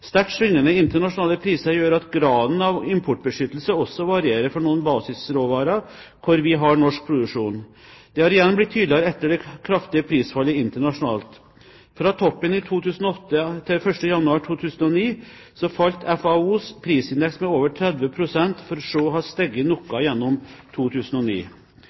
Sterkt svingende internasjonale priser gjør at graden av importbeskyttelse også varierer for noen basisråvarer hvor vi har norsk produksjon. Det har igjen blitt tydeligere etter det kraftige prisfallet internasjonalt. Fra toppen i 2008 til 1. januar 2009 falt FAOs prisindeks med over 30 pst., for så å ha steget noe gjennom 2009.